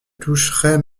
toucherait